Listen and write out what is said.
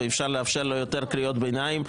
ואפשר לאפשר לו יותר קריאות ביניים.